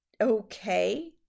okay